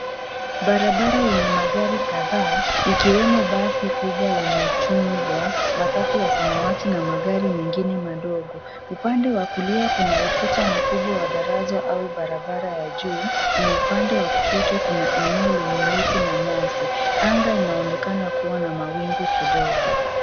Barabara yenye magari kadhaa ikiwemo basi kubwa la machungwa, matatu ya samawati na magari mengine madogo. Upande wa kulia, kuna ukuta mkubwa wa daraja au barabara ya juu na upande wa kushoto kuna eneo lenye miti na nyasi. Anga inaonekana kuwa na mawingu kidogo.